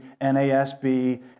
NASB